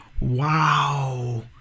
Wow